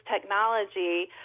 technology